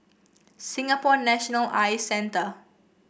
Singapore National Eye Centre